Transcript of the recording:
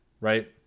right